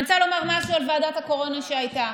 אני רוצה לומר משהו על ועדת הקורונה שהייתה: